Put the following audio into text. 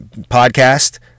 podcast